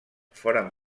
foren